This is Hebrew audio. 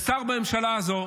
שר בממשלה הזאת,